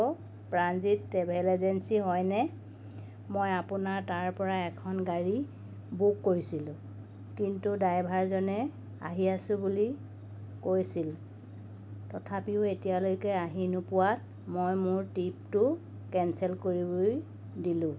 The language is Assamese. প্ৰাণজিৎ ট্ৰেভেল এজেঞ্চি হয় নে মই আপোনাৰ তাৰপৰা এখন গাড়ী বুক কৰিছিলোঁ কিন্তু ড্ৰাইভাৰজনে আহি আছো বুলি কৈছিল তথাপিও এতিয়ালৈকে আহি নোপোৱাত মই মোৰ ট্ৰিপটো কেঞ্চেল কৰিবলৈ দিলো